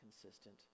consistent